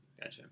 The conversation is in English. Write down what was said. gotcha